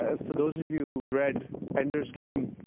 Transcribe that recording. ah for those of you who've read ender's game,